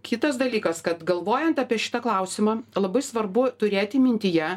kitas dalykas kad galvojant apie šitą klausimą labai svarbu turėti mintyje